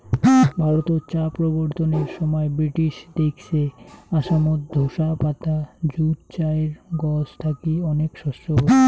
ভারতত চা প্রবর্তনের সমাই ব্রিটিশ দেইখছে আসামত ঢোসা পাতা যুত চায়ের গছ থাকি অনেক শস্য হই